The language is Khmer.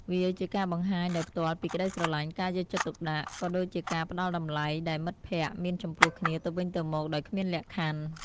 វាជាការបង្ហាញដោយផ្ទាល់ពីក្តីស្រឡាញ់ ការយកចិត្តទុកដាក់ ក៏ដូចជាការផ្តល់តម្លៃដែលមិត្តភក្តិមានចំពោះគ្នាទៅវិញទៅមកដោយគ្មានលក្ខខណ្ឌ។